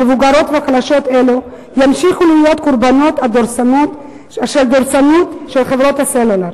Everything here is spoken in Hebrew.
מבוגרות וחלשות אלו ימשיכו להיות קורבנות הדורסנות של חברות הסלולר.